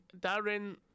Darren